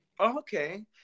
Okay